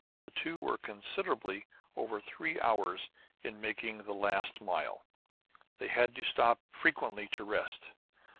the two were considerably over three hours in making the last mile they had to stop frequently to rest.